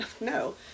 no